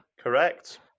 Correct